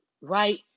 right